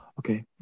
Okay